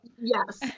yes